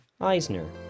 Eisner